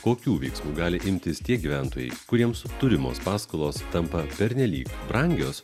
kokių veiksmų gali imtis tie gyventojai kuriems turimos paskolos tampa pernelyg brangios